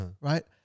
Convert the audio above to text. right